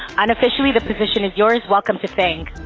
unofficially the position is yours, welcome to fang.